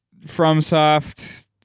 FromSoft